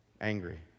angry